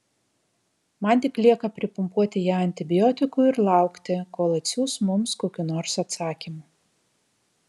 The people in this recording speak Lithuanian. man tik lieka pripumpuoti ją antibiotikų ir laukti kol atsiųs mums kokių nors atsakymų